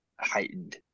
heightened